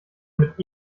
mit